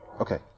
Okay